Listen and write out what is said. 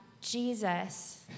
Jesus